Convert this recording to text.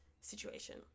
situation